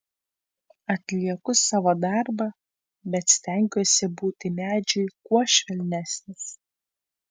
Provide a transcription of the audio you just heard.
atlieku savo darbą bet stengiuosi būti medžiui kuo švelnesnis